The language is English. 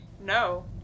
No